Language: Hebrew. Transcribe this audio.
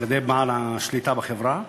על-ידי בעל השליטה בחברה,